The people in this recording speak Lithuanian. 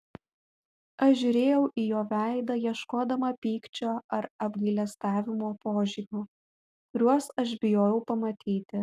aš žiūrėjau į jo veidą ieškodama pykčio ar apgailestavimo požymių kuriuos aš bijojau pamatyti